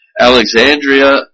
Alexandria